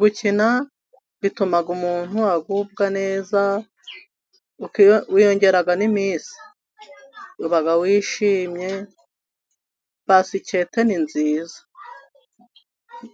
Gukina bituma umuntu agubwa neza, wiyongera n'iminsi, uba wishimye. Basikete ni nziza